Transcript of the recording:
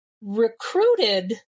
recruited